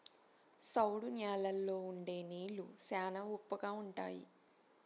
సౌడు న్యాలల్లో ఉండే నీళ్లు శ్యానా ఉప్పగా ఉంటాయి